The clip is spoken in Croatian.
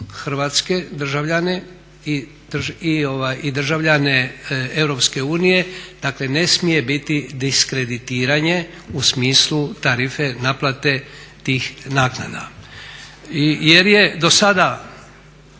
hrvatske državljane i državljane EU. Dakle, ne smije biti diskreditiranje u smislu tarife naplate tih naknada. Jer je do sada,